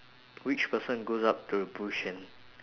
which person goes up to the bush and